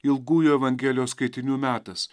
ilgųjų evangelijos skaitinių metas